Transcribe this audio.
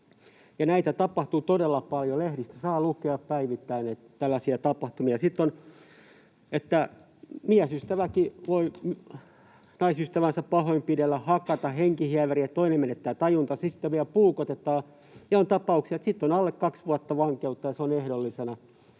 Näitä tapahtuu todella paljon, lehdistä saa lukea päivittäin tällaisia tapahtumia. On sellaistakin, että miesystävä voi naisystävänsä pahoinpidellä, hakata henkihieveriin, niin että toinen menettää tajuntansa, ja sitten vielä puukotetaan. Ja on tapauksia, että sitten on alle kaksi vuotta vankeutta ja ehdollisena,